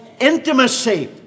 intimacy